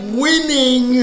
winning